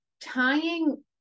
tying